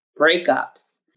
Breakups